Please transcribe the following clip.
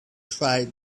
try